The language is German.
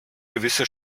gewisse